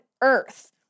earth